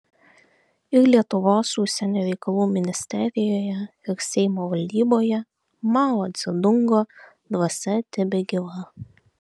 ir lietuvos užsienio reikalų ministerijoje ir seimo valdyboje mao dzedungo dvasia tebegyva